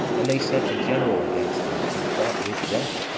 and they sent a general against them, and fought with them,